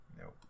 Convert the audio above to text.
Nope